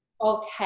Okay